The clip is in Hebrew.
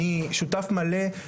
אני שותף מלא.